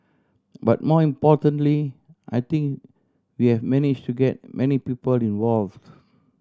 but more importantly I think we have managed to get many people involved